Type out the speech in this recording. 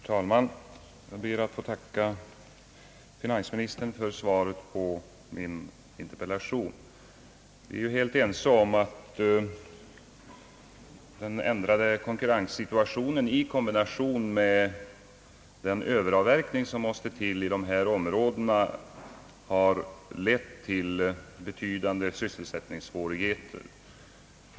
Herr talman! Jag ber att få tacka finansministern för svaret på min interpellation. Vi är helt ense om att den ändrade konkurrenssituationen i kombination med den överavverkning, som måste till i de berörda områdena, har lett till betydande avsättningssvårigheter.